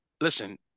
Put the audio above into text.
listen